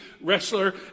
wrestler